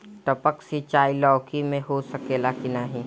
टपक सिंचाई लौकी में हो सकेला की नाही?